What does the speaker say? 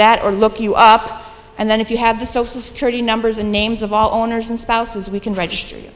that or look you up and then if you have the social security numbers and names of all owners and spouses we can regist